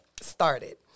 started